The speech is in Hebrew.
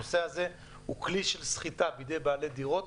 הנושא הזה הוא כלי של סחיטה בידי בעלי דירות